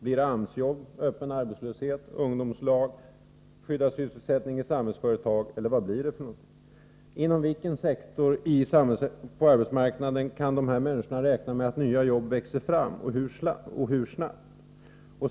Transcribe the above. Blir det AMS-jobb, öppen arbetslöshet, ungdomslag, skyddad sysselsättning i Samhällsföretag eller vad blir det för någonting? Inom vilken sektor av arbetsmarknaden kan de här människorna räkna med att nya jobb växer fram, och hur snabbt?